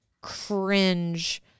cringe